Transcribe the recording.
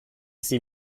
sie